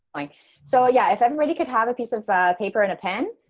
like so yeah, if everybody could have a piece of paper and a pen.